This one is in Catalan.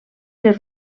les